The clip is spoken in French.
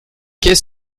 qu’est